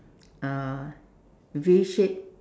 uh V shape